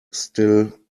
still